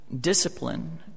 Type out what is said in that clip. discipline